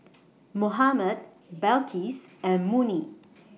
Muhammad Balqis and Murni